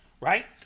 Right